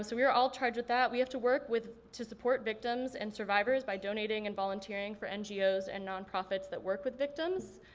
so we are all charged with that. we have to work with to support victims and survivors by donating and volunteering for ngos and non-profits that work with victims.